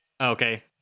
Okay